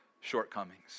shortcomings